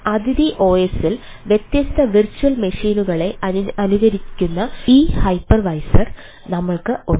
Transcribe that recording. അതിഥി OS ൽ വ്യത്യസ്ത വിർച്വൽ മെഷീനുകളെ അനുകരിക്കുന്ന ഈ ഹൈപ്പർവൈസർ നമ്മൾക്ക് ഉണ്ട്